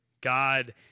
God